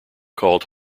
called